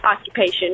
occupation